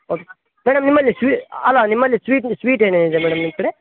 oak madam ನಿಮಲ್ಲಿ ಸ್ವೀ ಅಲ್ಲ ನಿಮ್ಮಲ್ಲಿ ಸ್ವೀಟ್ ಸ್ವೀಟ್ ಏನೇನಿದೆ ಮೇಡಮ್ ನಿಮ್ಮ ಕಡೆ